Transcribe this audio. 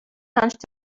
hunched